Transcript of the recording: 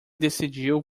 decidiu